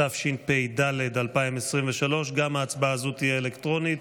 התשפ"ד 2023. גם ההצבעה הזאת תהיה אלקטרונית,